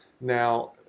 Now